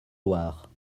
loire